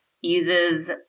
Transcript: uses